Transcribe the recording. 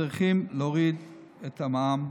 צריכים להוריד את המע"מ.